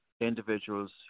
individuals